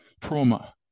trauma